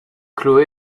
chloé